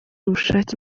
ubushake